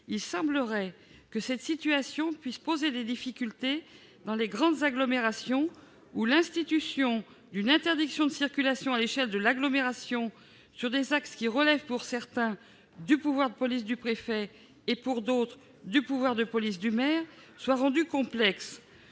Il semblerait que cette situation pose des difficultés dans les grandes agglomérations où l'institution d'une interdiction de circulation à l'échelle de l'agglomération, sur des axes qui relèvent pour certains du pouvoir de police du préfet et pour d'autres du pouvoir de police du maire, est rendue complexe.